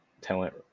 talent